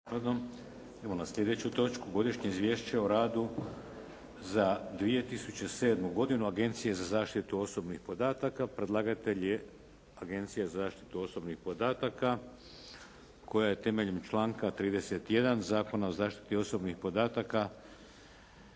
Idemo na sljedeću točku: - Godišnje izvješće o radu za 2007. godinu Agencije za zaštitu osobnih podataka, Podnositelj: Agencija za zaštitu osobnih podataka; Koja je temeljem članka 31. Zakona o zaštiti osobnih podataka